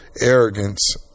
arrogance